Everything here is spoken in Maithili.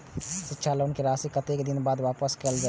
शिक्षा लोन के राशी कतेक दिन बाद वापस कायल जाय छै?